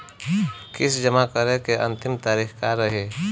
किस्त जमा करे के अंतिम तारीख का रही?